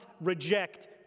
reject